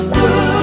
good